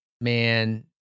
man